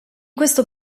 questo